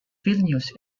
vilnius